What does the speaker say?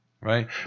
right